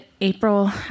April